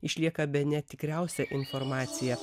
išlieka bene tikriausia informacija